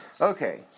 Okay